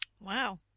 Wow